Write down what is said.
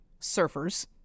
surfers